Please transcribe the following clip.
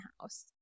house